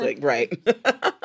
right